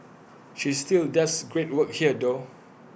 she still does great work here though